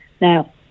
Now